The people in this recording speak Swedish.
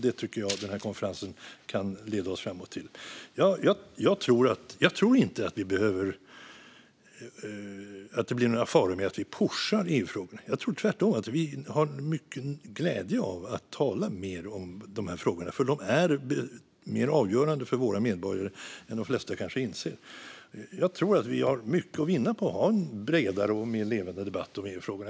Det tycker jag att konferensen kan leda oss framåt till. Jag tror inte att det finns några faror med att vi pushar EU-frågor. Jag tror tvärtom att vi har mycket glädje av att tala mer om de här frågorna, för de är mer avgörande för våra medborgare än de flesta kanske inser. Jag tror att vi har mycket att vinna på att ha en bredare och mer levande debatt om EU-frågorna.